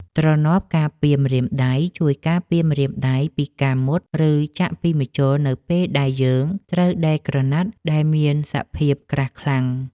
ទ្រនាប់ការពារម្រៀមដៃ ជួយការពារម្រាមដៃពីការមុត ឬចាក់ពីម្ជុលនៅពេលដែលយើងត្រូវដេរក្រណាត់ដែលមានសភាពក្រាស់ខ្លាំង។